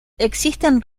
existen